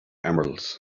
emeralds